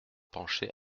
pancher